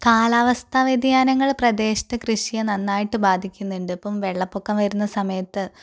കാലാവസ്ഥ വ്യതിയാനങ്ങൾ പ്രദേശത്ത് കൃഷിയെ നന്നായിട്ട് ബാധിക്കുന്നുണ്ട് ഇപ്പം വെള്ളപ്പൊക്കം വരുന്ന സമയത്ത്